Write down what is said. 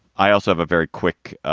i also have a very quick